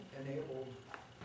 enabled